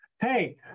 Hey